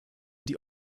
die